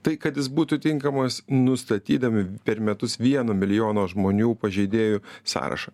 tai kad jis būtų tinkamas nustatydami per metus vieno milijono žmonių pažeidėjų sąrašą